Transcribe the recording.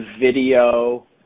video